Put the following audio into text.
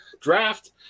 draft